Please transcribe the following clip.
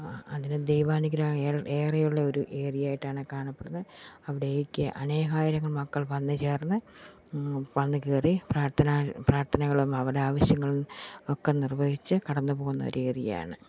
അതിന് ദൈവാനുഗ്രായാൽ ഏറെയുള്ളൊരു ഏരിയയായിട്ടാണ് കാണപ്പെടുന്നെ അവിടേക്ക് അനേകായിരങ്ങള് മക്കൾ വന്നുചേർന്ന് വന്നുകയറി പ്രാർത്ഥനാ പ്രാർഥനകളും അവരുടെ ആവശ്യങ്ങളും ഒക്കെ നിർവ്വഹിച്ച് കടന്ന് പോകുന്നൊരേറിയയാണ്